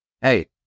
Hey